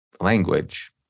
language